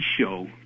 show